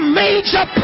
major